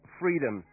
freedom